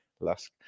Lask